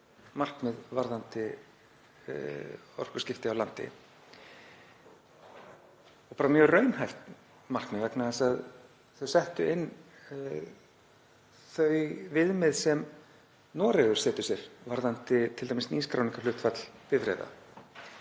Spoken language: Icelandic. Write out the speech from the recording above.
markmið varðandi orkuskipti á landi. Það var mjög raunhæft markmið vegna þess að þeir settu inn þau viðmið sem Noregur setur sér varðandi t.d. nýskráningarhlutfall bifreiða.